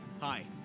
Hi